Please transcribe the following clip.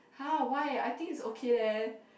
!huh! why I think it's okay leh